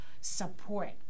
support